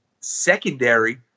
secondary